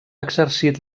exercit